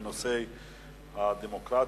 בנושא הדמוקרטיה,